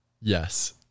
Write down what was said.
Yes